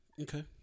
Okay